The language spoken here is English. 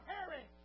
Harry